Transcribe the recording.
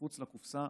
מחוץ לקופסה,